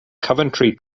coventry